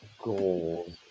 gold